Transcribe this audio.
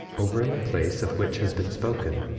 over in the place of which has been spoken